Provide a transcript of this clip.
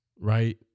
Right